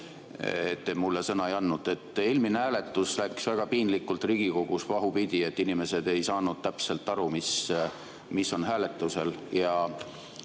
te mulle sõna ei andnud. Eelmine hääletus läks väga piinlikult Riigikogus pahupidi, inimesed ei saanud täpselt aru, mis on hääletusel.